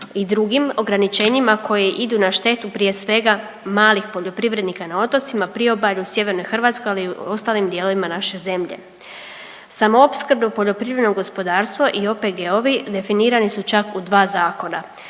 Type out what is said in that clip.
i drugim ograničenjima koji idu na štetu prije svega malih poljoprivrednika na otocima, Priobalju, Sjevernoj Hrvatskoj ali i u ostalim dijelovima naše zemlje. Samoopskrbno poljoprivredno gospodarstvo i OPG-ovi definirani su čak u dva zakona,